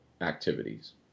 activities